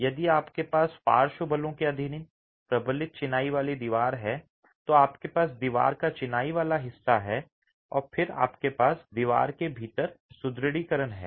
इसलिए यदि आपके पास पार्श्व बलों के अधीन प्रबलित चिनाई वाली दीवार है तो आपके पास दीवार का चिनाई वाला हिस्सा है और फिर आपके पास दीवार के भीतर सुदृढीकरण है